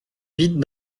vite